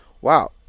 wow